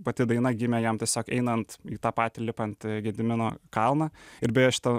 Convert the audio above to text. pati daina gimė jam tiesiog einant į tą patį lipant gedimino kalną ir beje šita